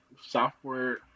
software